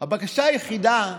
שהבקשה היחידה,